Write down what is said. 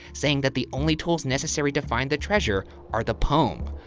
saying that the only tools necessary to find the treasure are the poem,